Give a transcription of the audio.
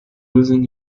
losing